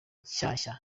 nshyashya